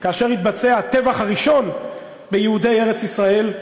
כאשר התבצע הטבח הראשון ביהודי ארץ-ישראל,